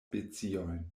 speciojn